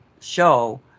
show